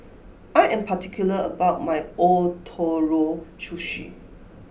I am particular about my Ootoro Sushi